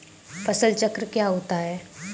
फसल चक्र क्या होता है?